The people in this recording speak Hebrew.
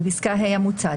בפסקה (ה) המוצעת,